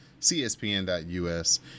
cspn.us